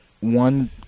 one